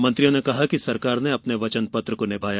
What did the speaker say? मंत्रियों ने कहा कि सरकार ने वचन पत्र को निभाया